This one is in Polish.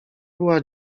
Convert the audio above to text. była